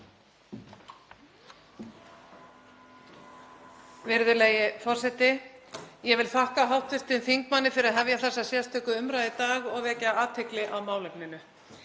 Virðulegi forseti. Ég vil þakka hv. þingmanni fyrir að hefja þessa sérstöku umræðu í dag og vekja athygli á málefninu.